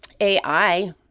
AI